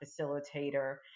facilitator